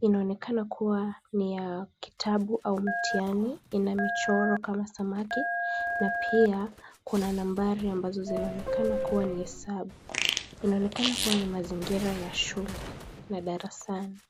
inaonekana kuwa ni ya kitabu au mtihani. Ina michoro kama samaki na pia kuna nambari ambazo zinaonekana kuwa ni hesabu. Inaonekana kuwa ni mazingira ya shule na darasani.